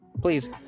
please